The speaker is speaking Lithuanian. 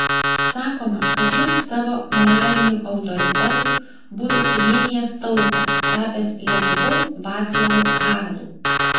sakoma kad jis savo moraliniu autoritetu būtų suvienijęs tautą tapęs lietuvos vaclavu havelu